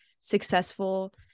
successful